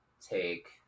take